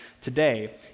today